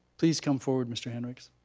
please come forward mr. henricks.